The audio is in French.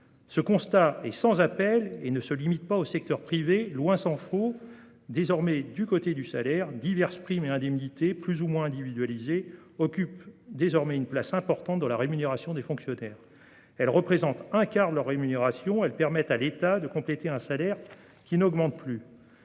Ce constat sans appel ne se limite pas, tant s'en faut, au secteur privé. Aux côtés du salaire, diverses primes et indemnités plus ou moins individualisées occupent désormais une place importante dans la rémunération des fonctionnaires. Elles représentent un quart de leur rémunération et permettent à l'État de compléter un salaire qui n'augmente plus.